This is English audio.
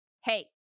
hey